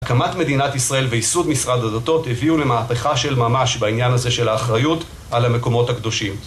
הקמת מדינת ישראל וייסוד משרד הדתות הביאו למהפכה של ממש בעניין הזה של האחריות על המקומות הקדושים.